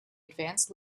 advanced